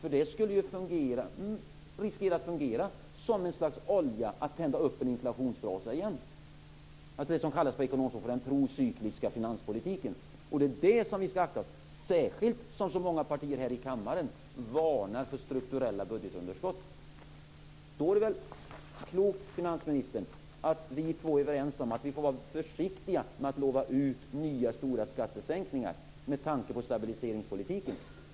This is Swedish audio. Det skulle ju riskera att fungera som ett slags olja för att tända upp en inflationsbrasa igen. Det är det som på ekonomspråk kallas för den pro-cykliska finanspolitiken. Det är det vi ska akta oss för, särskilt som så många partier här i kammaren varnar för strukturella budgetunderskott. Då är det väl klokt, finansministern, att vi två är överens om att vi får vara försiktiga med att lova ut nya, stora skattesänkningar med tanke på stabiliseringspolitiken.